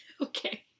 Okay